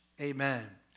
Amen